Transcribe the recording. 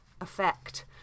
effect